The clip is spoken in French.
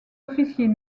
officiers